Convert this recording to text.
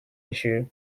issue